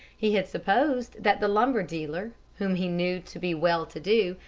he had supposed that the lumber dealer, whom he knew to be well-to-do,